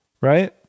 right